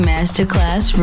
Masterclass